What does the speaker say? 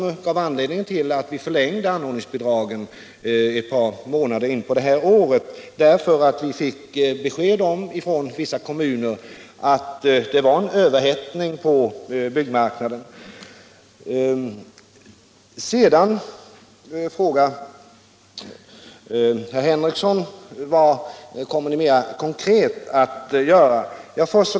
En av anledningarna till att vi förlängde anordningsbidragen ett par månader in på detta år var också att vi från vissa kommuner fick besked om att det förekom en överhettning på byggmarknaden. Herr Henrikson frågar vidare vad vi kommer att göra mera konkret.